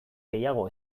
gehiago